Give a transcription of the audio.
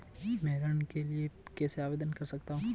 मैं ऋण के लिए कैसे आवेदन कर सकता हूं?